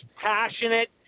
passionate